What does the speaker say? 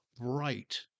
bright